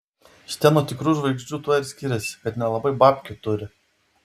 šitie nuo tikrų žvaigždžių tuo ir skiriasi kad nelabai babkių turi